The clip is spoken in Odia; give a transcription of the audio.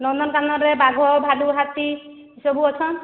ନନ୍ଦନକାନନରେ ବାଘ ଭାଲୁ ହାତୀ ସବୁ ଅଛନ୍